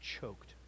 choked